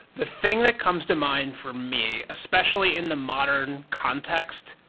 the thing that comes to mind for me, especially in the modern context.